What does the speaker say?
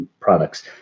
products